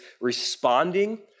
responding